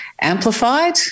amplified